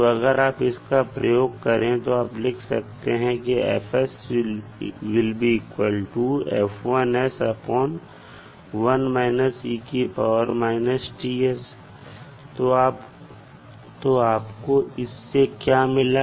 तो अगर आप इसका प्रयोग करेंगे तो आप लिख सकते हैं तो आपको इससे क्या मिला